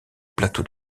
plateau